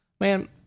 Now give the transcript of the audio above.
Man